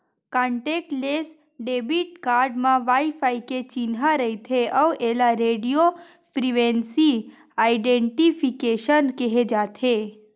contactless debit card म wifi के चिन्हा रहिथे अउ एला रेडियो फ्रिवेंसी आइडेंटिफिकेसन केहे जाथे